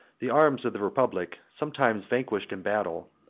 the arms of the republic, sometimes vanquished in battle,